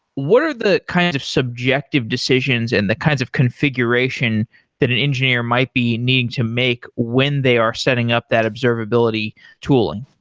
what are the kinds of subjective decisions and the kinds of configuration that an engineer might be needing to make when they are setting up that observability tooling?